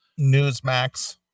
Newsmax